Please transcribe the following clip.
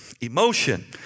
emotion